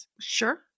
Sure